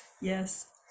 Yes